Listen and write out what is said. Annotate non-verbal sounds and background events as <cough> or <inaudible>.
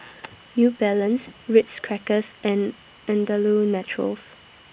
<noise> New Balance Ritz Crackers and Andalou Naturals <noise>